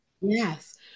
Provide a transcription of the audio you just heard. Yes